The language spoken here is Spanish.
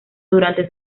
durante